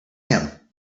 him